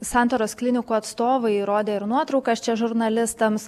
santaros klinikų atstovai rodė ir nuotraukas čia žurnalistams